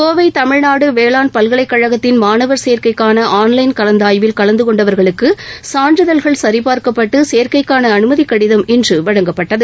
கோவை தமிழ்நாடு வேளாண் பல்கலைக் கழகத்தின் மாணவர் சேர்க்கைக்கான ஆன் லைன் கலந்தாய்வில் கலந்து கொண்டவர்களுக்கு சான்றிதழ்கள் சரிபார்க்கப்பட்டு சேர்க்கைக்கான அனுமதி கடிதம் வழங்கப்பட்டது